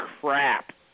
crap